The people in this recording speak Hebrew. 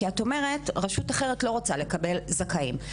כי את אומרת רשות אחרת לא רוצה לקבל זכאים.